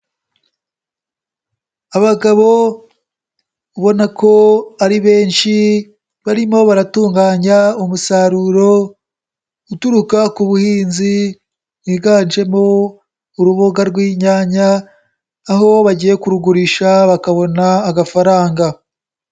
Abagabo ubona ko ari benshi barimo baratunganya umusaruro uturuka ku buhinzi higanjemo uruboga rw'inyanya, aho bagiye kurugurisha bakabona agafaranga.